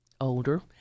older